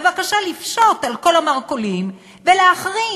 בבקשה לפשוט על כל המרכולים ולהחרים